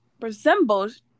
resembles